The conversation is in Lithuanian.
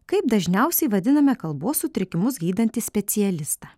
kaip dažniausiai vadiname kalbos sutrikimus gydantį specialistą